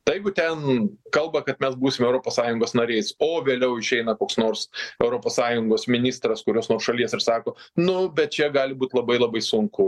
tai jeigu ten kalba kad mes būsim europos sąjungos nariais o vėliau išeina koks nors europos sąjungos ministras kurios nors šalies ir sako nu bet čia gali būt labai labai sunku